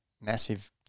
massive